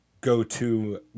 go-to